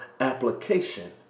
application